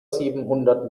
siebenhundert